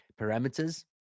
parameters